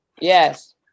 Yes